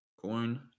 Coin